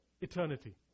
eternity